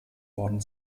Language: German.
worden